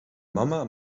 mama